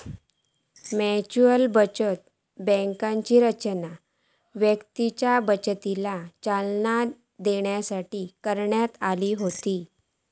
mutual बचत बँकांची रचना व्यक्तींच्या बचतीका चालना देऊसाठी करण्यात इली होती